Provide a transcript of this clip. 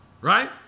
right